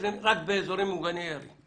שמאשרים רק בהסעות ממוגנות ירי.